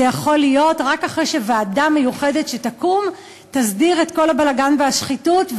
זה יכול להיות רק אחרי שוועדה מיוחדת שתקום תסדיר את כל הבלגן והשחיתות,